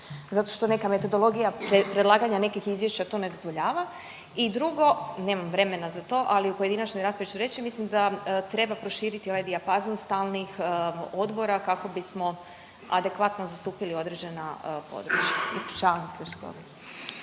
zato što neka metodologija predlaganja nekih izvješća to ne dozvoljava. I drugo, nemam vremena za to, ali u pojedinačnoj raspravi ću reći mislim da treba proširiti ovaj dijapazon stalnih odbora kako bismo adekvatno zastupili određena područja. Ispričavam se što …